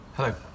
Hello